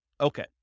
Okay